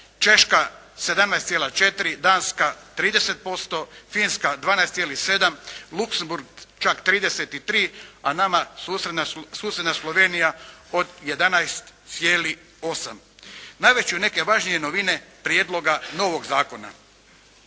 Češka 17,4, Danska 30%, Finska 12,7, Luxemburg čak 33, a nama susjedna Slovenija od 11,8. Navesti ću neke važnije novine prijedloga novog zakona.